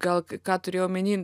gal ką turėjau omeny